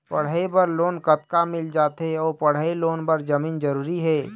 पढ़ई बर लोन कतका मिल जाथे अऊ पढ़ई लोन बर जमीन जरूरी हे?